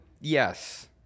yes